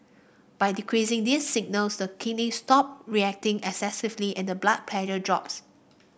by decreasing these signals the kidney stop reacting excessively and the blood pressure drops